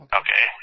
okay